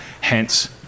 hence